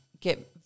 get –